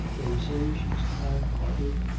they say she's kind hearted,